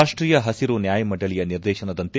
ರಾಷ್ಷೀಯ ಪಸಿರು ನ್ಯಾಯಮಂಡಳಿಯ ನಿರ್ದೇಶನದಂತೆ